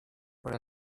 por